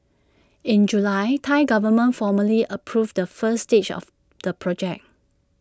in July Thai Government formally approved the first stage of the project